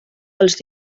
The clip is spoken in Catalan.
els